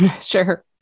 Sure